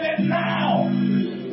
now